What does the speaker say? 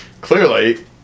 clearly